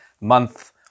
month